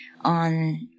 on